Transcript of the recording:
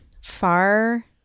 far